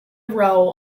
row